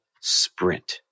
sprint